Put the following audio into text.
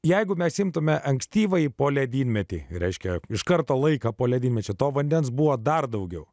jeigu mes imtumėme ankstyvąjį poledynmetį reiškia iš karto laiką po ledynmečio to vandens buvo dar daugiau